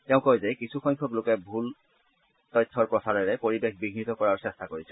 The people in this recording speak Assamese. তেওঁ কয় যে কিছুসংখ্যক লোকে ভূৱা তথ্যৰ প্ৰচাৰেৰে পৰিৱেশ বিয়িত কৰাৰ চেষ্টা কৰিছে